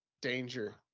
danger